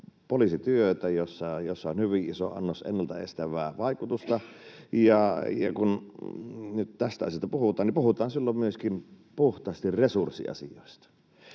poliisityötä, jossa on hyvin iso annos ennalta estävää vaikutusta. Ja kun nyt tästä asiasta puhutaan, niin puhutaan silloin myöskin puhtaasti resurssiasioista.